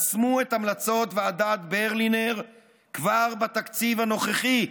ישמו את המלצות ועדת ברלינר כבר בתקציב הנוכחי.